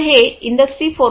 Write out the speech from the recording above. तर हे इंडस्ट्री 4